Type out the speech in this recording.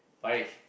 Parish